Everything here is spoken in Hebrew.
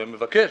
ומבקש,